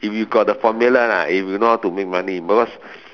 if you got the formula lah if you know how to make money because